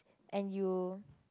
and you